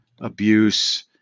abuse